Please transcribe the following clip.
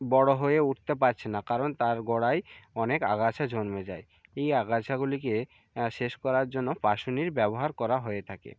বড় হয়ে উঠতে পারছে না কারণ তার গোড়ায় অনেক আগাছা জন্মে যায় এই আগাছাগুলিকে শেষ করার জন্য পাসুনির ব্যবহার করা হয়ে থাকে